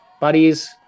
buddies